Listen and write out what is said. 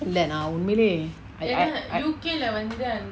இல்ல நா உண்மைலயே:illa na unmailaye I I I